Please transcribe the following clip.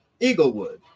Eaglewood